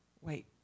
Wait